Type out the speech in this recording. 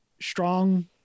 strong